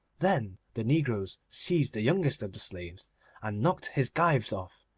then the negroes seized the youngest of the slaves and knocked his gyves off,